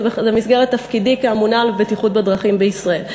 זה במסגרת תפקידי כאמונה על הבטיחות בדרכים בישראל.